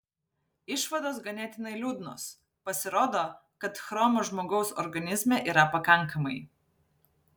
išvados ganėtinai liūdnos pasirodo kad chromo žmogaus organizme yra pakankamai